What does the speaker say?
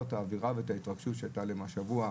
את האווירה ואת ההתרגשות שהייתה להם השבוע,